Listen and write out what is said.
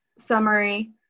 summary